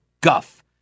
guff